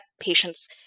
patients